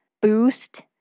boost